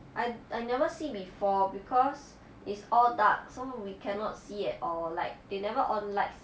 I I never see before because it's all dark so we cannot see it at all like they never on lights